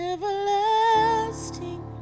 Everlasting